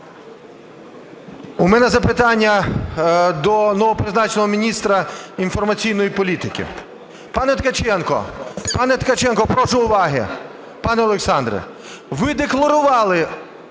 У мене запитання до новопризначеного міністра інформаційної політики. Пане Ткаченко, пане Ткаченко, прошу уваги! Пане Олександре, ви декларували,